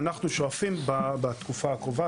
ואנחנו שואפים בתקופה הקרובה,